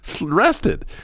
rested